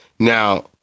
Now